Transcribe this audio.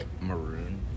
maroon